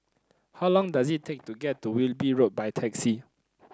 how long does it take to get to Wilby Road by taxi